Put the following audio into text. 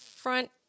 front